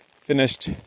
finished